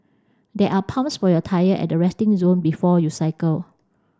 there are pumps for your tyre at the resting zone before you cycle